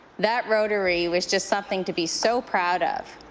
that rotary was just something to be so proud of.